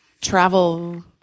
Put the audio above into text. travel